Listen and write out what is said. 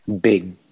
Big